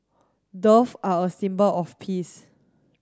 dove are a symbol of peace